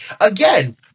Again